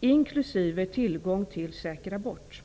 inklusive tillgång till säker abort.